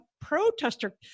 protester